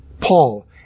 Paul